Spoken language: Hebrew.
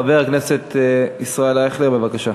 חבר הכנסת ישראל אייכלר, בבקשה,